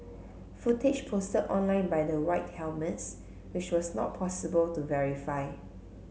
footage posted online by the White Helmets which was not possible to verify